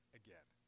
again